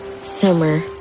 summer